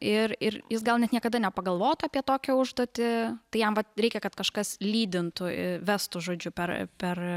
ir ir jis gal net niekada nepagalvotų apie tokią užduotį tai jam vat reikia kad kažkas lydintų vestų žodžiu per per